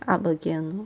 up again